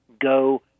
go